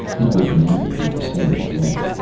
it would never be the same again.